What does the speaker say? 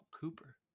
Cooper